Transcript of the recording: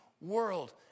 world